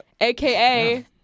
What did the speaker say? AKA